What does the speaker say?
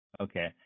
okay